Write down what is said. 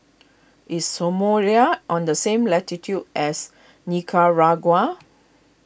is Somalia on the same latitude as Nicaragua